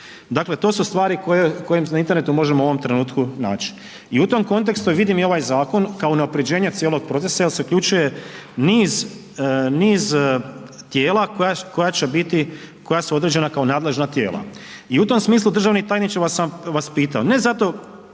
Dakle, to su stvari koje na internetu možemo u ovom trenutku naći i u tom kontekstu je vidim, i ovaj zakon, kao unaprjeđenje cijelog procesa jer se uključuje niz tijela koja će biti, koja su određena kao nadležna tijela i u tom smislu, državni tajniče vas sam vas pitao, ne zato,